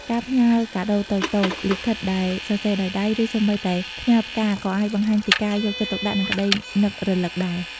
ការផ្ញើកាដូតូចៗ លិខិតដែលសរសេរដោយដៃ ឬសូម្បីតែផ្ញើផ្កា ក៏អាចបង្ហាញពីការយកចិត្តទុកដាក់ និងក្តីនឹករលឹកដែរ។